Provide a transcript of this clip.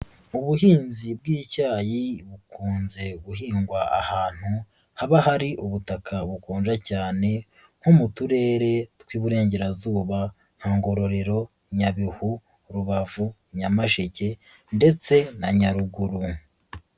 Ubuhinzi bw'icyayi bukunze guhingwa ahantu, haba hari ubutaka bukonja cyane, nko mu turere tw'iburengerazuba, nka Ngororero, Nyabihu, Rubavu, Nyamasheke ndetse na Nyaruguru.